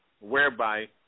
whereby